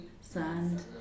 Sand